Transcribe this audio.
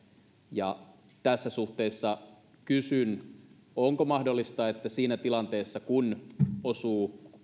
ja tässä suhteessa kysyn onko mahdollista että siinä tilanteessa kun osuu